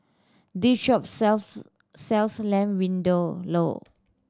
this shop sells sells Lamb Vindaloo